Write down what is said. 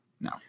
No